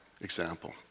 example